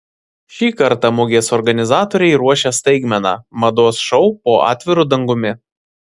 šį kartą mugės organizatoriai ruošia staigmeną mados šou po atviru dangumi